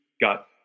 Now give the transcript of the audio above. got